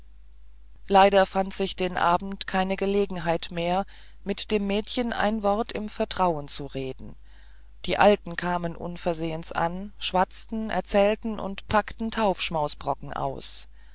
leider fand sich den abend keine gelegenheit mehr mit dem mädchen ein wort im vertrauen zu reden die alten kamen unversehens an schwatzten erzählten und packten taufschmausbrocken aus